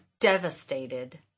devastated